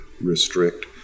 restrict